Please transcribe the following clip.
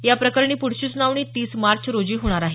या प्रकरणी पुढची सुनावणी तीस मार्च रोजी होणार आहे